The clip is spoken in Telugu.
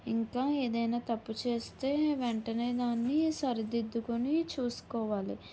ఇంకా ఏదైనా తప్పు చేస్తే వెంటనే దాన్ని సరిదిద్దుకొని చూసుకోవాలి